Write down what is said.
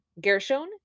Gershon